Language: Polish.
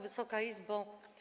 Wysoka Izbo!